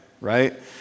right